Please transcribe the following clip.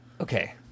Okay